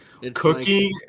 Cooking